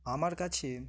আমার কাছে